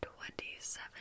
twenty-seven